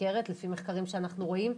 סכרת לפי מחקרים שאנחנו רואים,